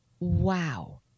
Wow